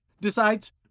decides